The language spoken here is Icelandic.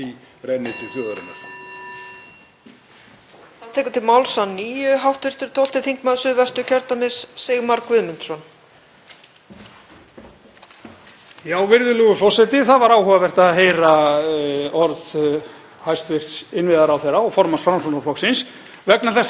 Virðulegur forseti. Það var áhugavert að heyra orð hæstv. innviðaráðherra og formanns Framsóknarflokksins vegna þess að ég held að það hljóti að vera almennur skilningur fólks úti í samfélaginu á því að Framsóknarflokkurinn, ekki síst með orðum varaformanns flokksins, hafi verið að setja það á dagskrá